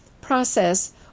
process